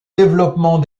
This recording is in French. développement